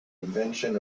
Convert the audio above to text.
invention